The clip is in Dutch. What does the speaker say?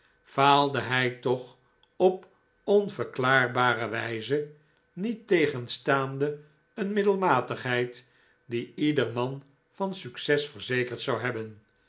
faalde hij toch op onverklaarbare wijze niettegenstaande een middelmatigheid die ieder man van succes verzekerd zou hebben